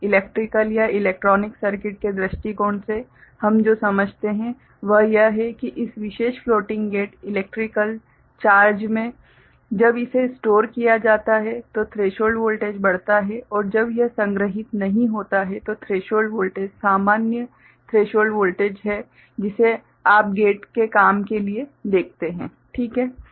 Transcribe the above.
electrical या electronics circuit के दृष्टिकोण से हम जो समझते हैं वह यह है कि इस विशेष फ्लोटिंग गेट इलेक्ट्रिकल चार्ज में जब इसे स्टोर किया जाता है तो थ्रेशोल्ड वोल्टेज बढ़ता है और जब यह संग्रहीत नहीं होता है तो थ्रेशोल्ड वोल्टेज सामान्य थ्रेशोल्ड वोल्टेज है जिसे आप गेट के काम के लिए देखते हैं ठीक है